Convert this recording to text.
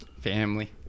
Family